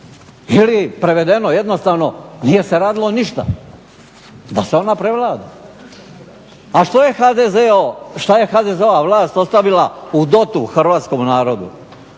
Ili prevedeno jednostavno nije se radilo ništa da se ona prevlada. A to je HDZ-ova vlast ostavila u dotu hrvatskom narodu?